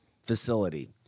Facility